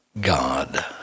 God